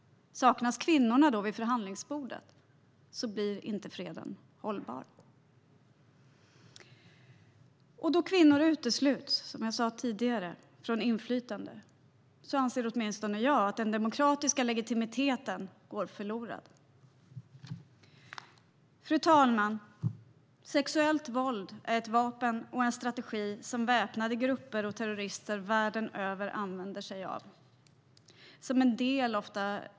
Saknas kvinnorna då vid förhandlingsbordet blir freden inte hållbar, och då kvinnor utesluts från inflytande anser åtminstone jag att den demokratiska legitimiteten går förlorad. Fru talman! Sexuellt våld är ett vapen och en strategi som väpnade grupper och terrorister världen över använder sig av.